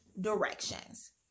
directions